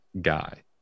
guy